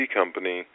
company